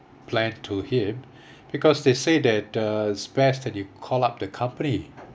plan to him because they say that uh it's best that you call up the company